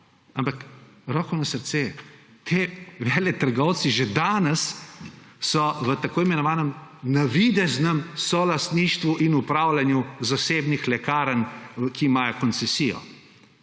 ampak roko na srce, ti veletrgovci so že danes v tako imenovanem navideznem solastništvu in upravljanju zasebnih lekarn, ki imajo koncesijo.